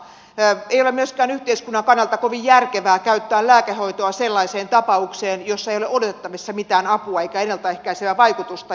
ei ole myöskään yhteiskunnan kannalta kovin järkevää käyttää lääkehoitoa sellaiseen tapaukseen jossa ei ole odotettavissa mitään apua eikä ennalta ehkäisevää vaikutusta